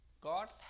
God